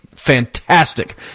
fantastic